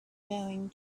going